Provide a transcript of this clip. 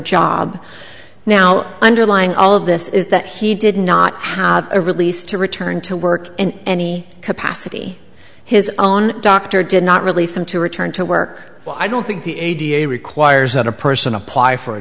job now underlying all of this is that he did not have a release to return to work in any capacity his own doctor did not release him to return to work well i don't think the a p a requires that a person apply for a